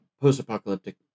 post-apocalyptic